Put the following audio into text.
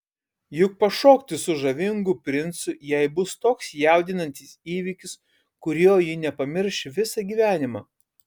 juk pašokti su žavingu princu jai bus toks jaudinantis įvykis kurio ji nepamirš visą gyvenimą